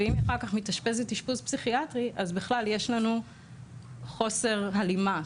ואם אחר כך היא מתאשפזת אשפוז פסיכיאטרי אז בכלל יש לנו חוסר הלימה,